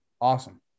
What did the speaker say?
awesome